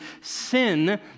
sin